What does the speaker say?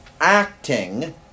acting